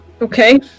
Okay